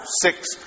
six